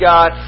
God